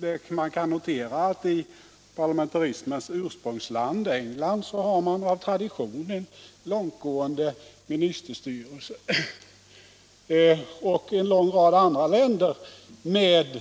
Det kan noteras att i parlamentarismens ursprungsland England har man av tradition en långtgående ministerstyrelse. En lång rad andra länder med